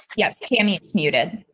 yes, tammy, it's muted.